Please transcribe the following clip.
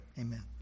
amen